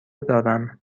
دارم